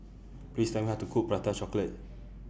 Please Tell Me How to Cook Prata Chocolate